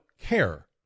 care